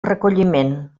recolliment